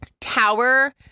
tower